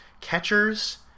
catchers